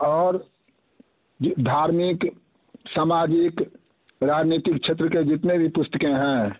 और धार्मिक सामाजिक राजनीतिक क्षेत्र की जितनी भी पुस्तकें हैं